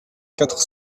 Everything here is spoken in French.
quatre